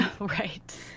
Right